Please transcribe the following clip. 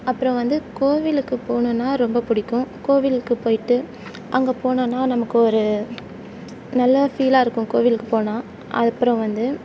அப்புறம் வந்து கோவிலுக்கு போகணுன்னா ரொம்ப பிடிக்கும் கோவிலுக்கு போயிட்டு அங்கே போனோன்னா நமக்கு ஒரு நல்ல ஃபீலாக இருக்கும் கோவிலுக்கு போனால் அப்புறம் வந்து